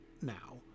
now